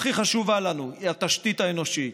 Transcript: והתשתית הכי חשובה לנו היא התשתית האנושית.